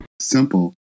simple